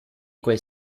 quel